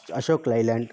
Ashok Leyland